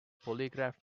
polygraph